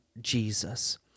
Jesus